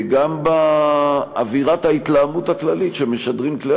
גם באווירת ההתלהמות הכללית שמשדרים כלי